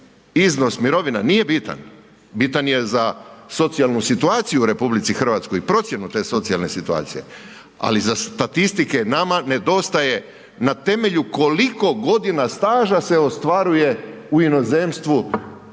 iznos mirovina nije bitan, bitan je za socijalnu situaciju u RH i procjenu te socijalne situacije ali za statistike nama nedostaje na temelju koliko godina staža se ostvaruje u inozemstvu